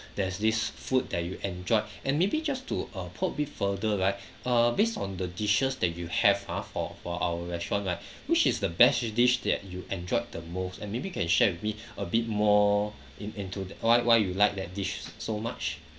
there's this food that you enjoyed and maybe just to uh put it further right uh based on the dishes that you have ah for for our restaurant right which is the best dish that you enjoyed the most and maybe can share with me a bit more in into that why why you like that dish so much